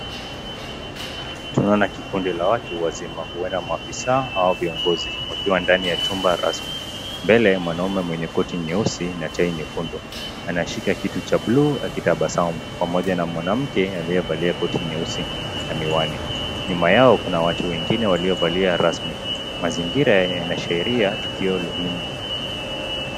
Tunaona kikundi la watu wazima, huenda maafisa au viongozi wakiwa ndani ya chumba rasmi. Mbele mwanaume mwenye koti nyeusi na tai nyekundu anashika kitu cha buluu akitabasamu pamoja na mwanamke aliyevalia koti nyeusi na miwani, nyuma yao kuna watu wengine waliovalia rasmi, mazingira yanaashiria tukio muhimu.